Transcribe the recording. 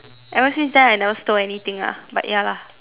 ever since that I never stole anything lah but ya lah